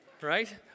right